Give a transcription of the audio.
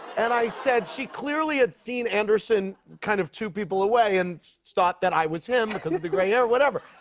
and i said she clearly had seen anderson kind of two people away and thought that i was him because of the gray hair, whatever.